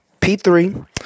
P3